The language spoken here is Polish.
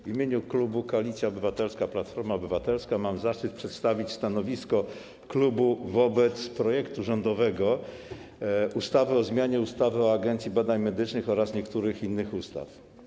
W imieniu klubu Koalicja Obywatelska - Platforma Obywatelska mam zaszczyt przedstawić stanowisko klubu wobec rządowego projektu ustawy o zmianie ustawy o Agencji Badań Medycznych oraz niektórych innych ustaw.